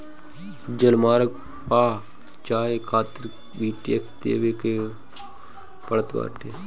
जलमार्ग पअ जाए खातिर भी टेक्स देवे के पड़त बाटे